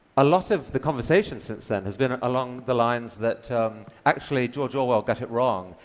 a lot of the conversation since then has been along the lines that actually george orwell got it wrong.